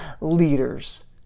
leaders